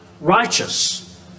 righteous